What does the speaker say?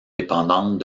dépendante